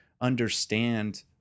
understand